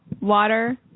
water